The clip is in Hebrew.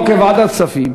אוקיי, ועדת כספים.